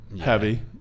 Heavy